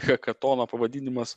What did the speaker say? hekatono pavadinimas